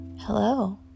Hello